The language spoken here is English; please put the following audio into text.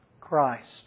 Christ